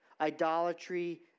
idolatry